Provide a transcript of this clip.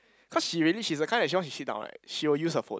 cause she really she's a kind that once she sit down right she will use her phone